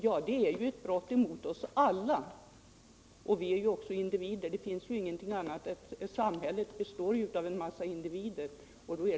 Jo, det är ju ett brott mot oss alla, eftersom samhället består av individer.